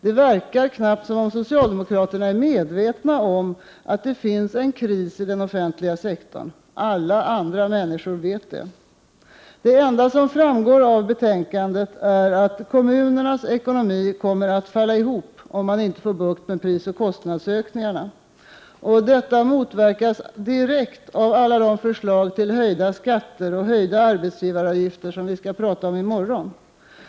Det verkar knappt som om socialdemokraterna är medvetna om att det finns en kris i den offentliga sektorn. Alla andra människor vet det. Det enda som framgår av betänkandet är att kommunernas ekonomi kommer att falla ihop om de inte får bukt med prisoch lönekostnadsökningarna. Detta motverkas direkt av alla de förslag till höjda skatter och höjda 139 Prot. 1988/89:129 arbetsgivaravgifter som vi skall diskutera i morgon.